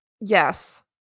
Yes